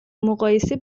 مقایسه